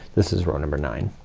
this is row number nine.